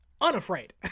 unafraid